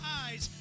eyes